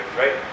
right